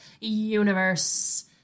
Universe